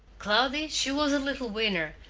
cloudy, she was a little winner,